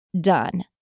done